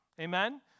Amen